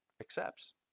accepts